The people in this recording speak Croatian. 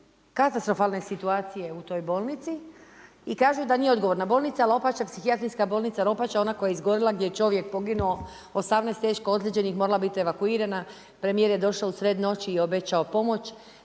katastrofalne situacije u toj bolnici i kažu da nije odgovorna. Bolnica Lopača, psihijatrijska bolnica Lopača je ona koja je izgorjela gdje je čovjek poginuo, 18 teško ozlijeđenih je morala biti evakuirana, premijer je došao u sred noći i obećao pomoć.